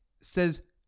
says